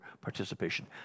participation